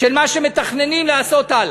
של מה שמתכננים לעשות הלאה.